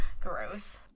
Gross